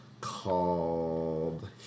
called